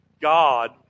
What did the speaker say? God